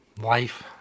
Life